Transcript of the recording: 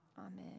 Amen